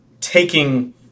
taking